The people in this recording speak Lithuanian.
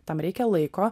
tam reikia laiko